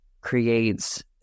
creates